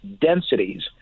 densities